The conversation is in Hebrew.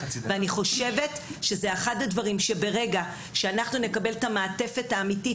אני חושבת שזה אחד הדברים שברגע שאנחנו נקבל את המעטפת האמיתית,